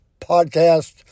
podcast